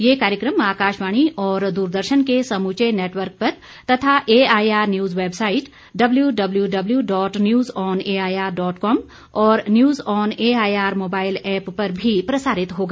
ये कार्यक्रम आकाशवाणी और दूरदर्शन के समूचे नेटवर्क पर तथा AIR news website W W W dot news on AIR dot com और news on AIR mobile app पर भी प्रसारित होगा